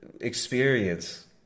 experience